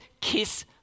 kiss